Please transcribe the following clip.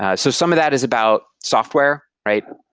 ah so some of that is about software, right?